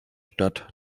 stadt